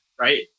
right